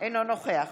אינו נוכח